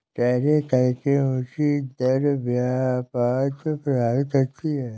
tariff कर की ऊँची दर व्यापार को प्रभावित करती है